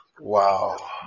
Wow